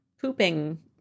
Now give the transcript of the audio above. pooping